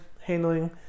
handling